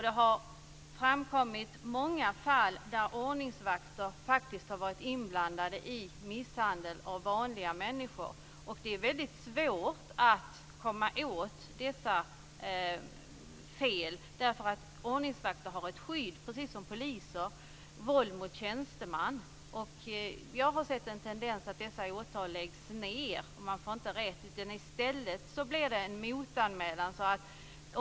Det har framkommit många fall där ordningsvakter faktiskt har varit inblandade i misshandel av vanliga människor. Det är väldigt svårt att komma åt dessa fel därför att ordningsvakter, precis som poliser, har ett skydd i detta med våld mot tjänsteman. Jag har sett en tendens till att sådana åtal läggs ned. Man får inte rätt. I stället blir det en motanmälan.